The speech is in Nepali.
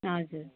हजुर